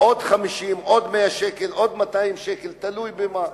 עוד 50, עוד 100 שקל, עוד 200 שקל, תלוי במה.